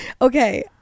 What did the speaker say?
Okay